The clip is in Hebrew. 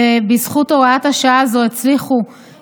בזכות הוראת השעה הזאת הצליחו